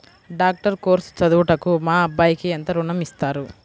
Doctor course చదువుటకు మా అబ్బాయికి ఎంత ఋణం ఇస్తారు?